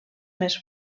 més